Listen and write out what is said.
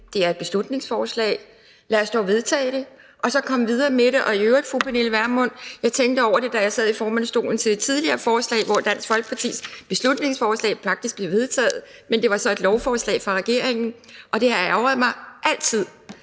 det er et beslutningsforslag, men lad os dog vedtage det og så komme videre med det. Jeg tænkte i øvrigt over det, fru Pernille Vermund, da jeg sad i formandsstolen under et tidligere forslag, hvor Dansk Folkepartis beslutningsforslag faktisk blev vedtaget. Men der var så et lovforslag fra regeringen, og det har altid